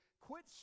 quit